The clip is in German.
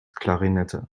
klarinette